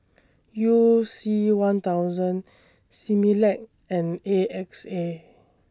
YOU C one thousand Similac and A X A